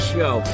Show